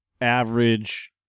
average